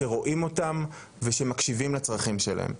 שרואים אותם ושמקשיבים לצרכים שלהם.